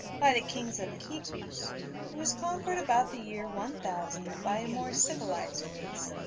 by the kings of the quitus, it was conquered about the year one thousand by a more civilized race,